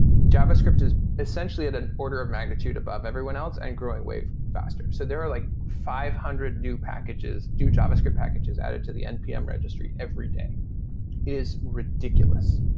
javascript is essentially an order of magnitude above everyone else and growing way faster. so there are like five hundred new packages, do javascript packages added to the npm registry every day. it is ridiculous.